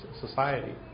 society